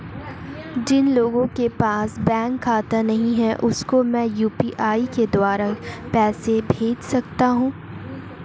जिन लोगों के पास बैंक खाता नहीं है उसको मैं यू.पी.आई के द्वारा पैसे भेज सकता हूं?